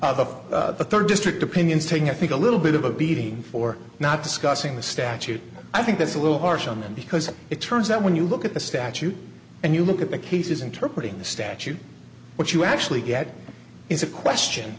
of the third district opinions taking i think a little bit of a beating for not discussing the statute i think that's a little harsh on them because it turns out when you look at the statute and you look at the cases interpret in the statute what you actually get is a question